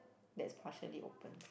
that's partially open